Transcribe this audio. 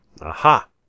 Aha